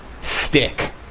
stick